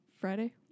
Friday